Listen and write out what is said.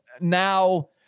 now